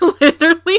literally-